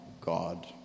God